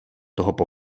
tohoto